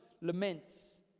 laments